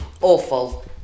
awful